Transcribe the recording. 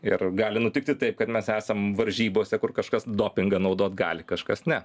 ir gali nutikti taip kad mes esam varžybose kur kažkas dopingą naudot gali kažkas ne